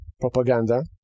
propaganda